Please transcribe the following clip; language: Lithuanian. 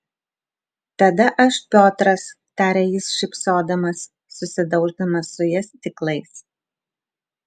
tada aš piotras tarė jis šypsodamas susidauždamas su ja stiklais